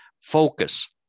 focus